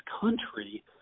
country